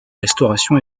restauration